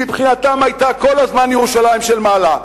מבחינתם היא היתה כל הזמן ירושלים של מעלה.